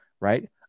right